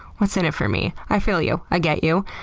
what's in it for me? i feel you. i get you.